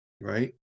Right